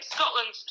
Scotland